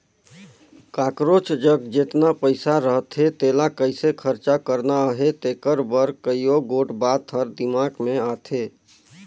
काकरोच जग जेतना पइसा रहथे तेला कइसे खरचा करना अहे तेकर बर कइयो गोट बात हर दिमाक में आथे